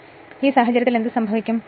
അപ്പോൾ ആ സാഹചര്യത്തിൽ എന്ത് സംഭവിക്കും